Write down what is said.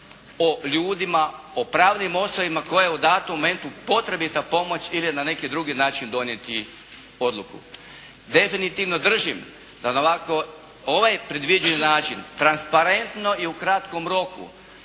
o ljudima, o pravnim osobama kojima je u datom momentu potrebita pomoć ili na neki drugi način donijeti odluku. Definitivno da na ovako predvidljiv načini transparentno i u kratkom roku